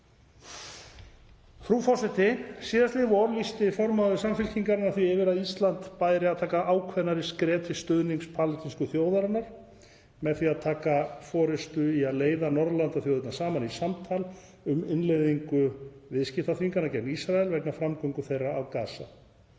Frú forseti. Síðastliðið vor lýsti formaður Samfylkingarinnar því yfir að Íslandi bæri að taka ákveðnari skref til stuðnings palestínsku þjóðinni með því að taka forystu í að leiða Norðurlandaþjóðirnar saman í samtal um innleiðingu viðskiptaþvingana gegn Ísrael vegna framgöngu þeirra á Gaza.